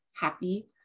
happy